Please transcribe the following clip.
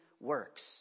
works